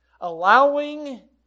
allowing